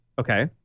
Okay